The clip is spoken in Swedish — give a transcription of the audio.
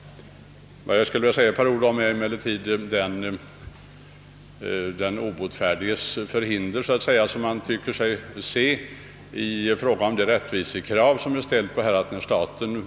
Vad jag skulle vilja säga ett par ord om är den obotfärdiges förhinder som man tycker sig se inför det rättvisekrav som har rests.